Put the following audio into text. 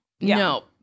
No